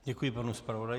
Děkuji panu zpravodaji.